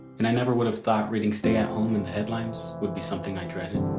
and i never would've thought reading stay at home in the headlines would be something i dreaded.